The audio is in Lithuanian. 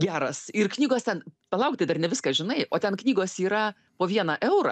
geras ir knygos ten palauk tai dar ne viską žinai o ten knygos yra po vieną eurą